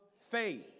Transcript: faith